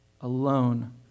alone